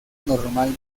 normal